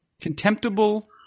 Contemptible